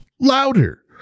louder